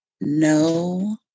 no